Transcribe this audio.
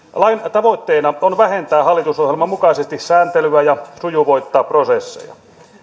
tavoitteena on vähentää hallitusohjelman mukaisesti sääntelyä ja sujuvoittaa prosesseja